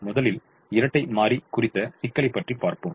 முதலில் இரட்டைமாறி குறித்த சிக்கலை பற்றி பார்ப்போம்